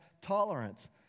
tolerance